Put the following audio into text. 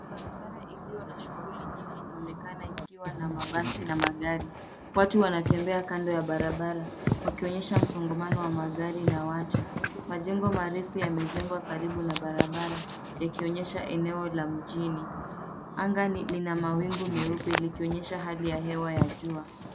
Barabara iliyo na shughuli nyingi inaonekana ikiwa na mabasi na magari. Watu wanatembea kando ya barabara wakionyesha msongamano wa magari na watu. Majengo marefu yamejengwa karibu na barabara yakionyesha eneo la mjini. Anga lina mawingu meupe likionyesha hali ya hewa ya jua.